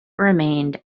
remained